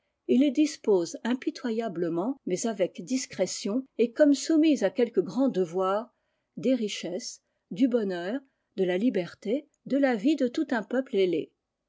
il dispose impitoyablement mais avec discrétion et comme soumis à quelque grand devoir des richesses du bonheur de la liberté de la vie de tout un peuple ailé